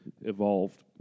evolved